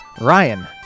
Ryan